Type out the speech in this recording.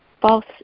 false